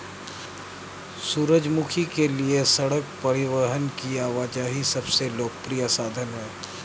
सूरजमुखी के लिए सड़क परिवहन की आवाजाही सबसे लोकप्रिय साधन है